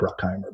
Bruckheimer